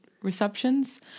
Receptions